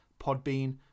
Podbean